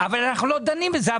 אבל אנחנו לא דנים על זה.